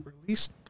released